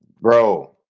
Bro